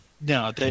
No